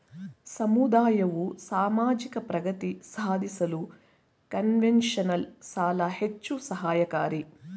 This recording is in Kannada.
ಸಮುದಾಯವು ಸಾಮಾಜಿಕ ಪ್ರಗತಿ ಸಾಧಿಸಲು ಕನ್ಸೆಷನಲ್ ಸಾಲ ಹೆಚ್ಚು ಸಹಾಯಕಾರಿ